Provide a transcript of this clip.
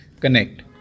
connect